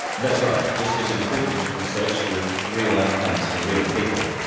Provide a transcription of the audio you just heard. that's right, this was important research with real outcomes for real people.